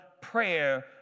prayer